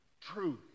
truth